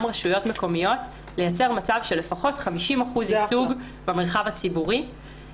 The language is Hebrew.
רשויות מקומיות שלפחות יהיה 50% ייצוג במרחב הציבורי.